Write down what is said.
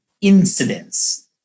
incidents